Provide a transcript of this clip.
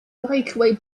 breakaway